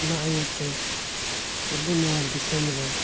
ᱚᱱᱟ ᱤᱭᱟᱹᱛᱮ ᱟᱵᱚ ᱱᱚᱣᱟ ᱫᱤᱥᱚᱢ ᱨᱮ